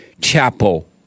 chapel